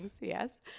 Yes